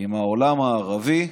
עם העולם הערבי.